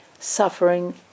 Suffering